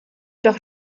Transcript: doch